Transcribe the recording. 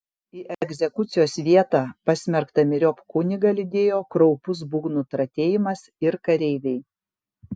į egzekucijos vietą pasmerktą myriop kunigą lydėjo kraupus būgnų tratėjimas ir kareiviai